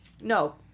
no